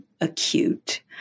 acute